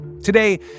Today